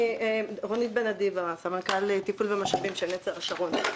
אני סמנכ"ל תפעול ומשאבים של נצר השרון.